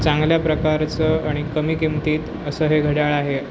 चांगल्या प्रकारचं आणि कमी किमतीत असं हे घडाळ आहे